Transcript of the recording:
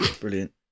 Brilliant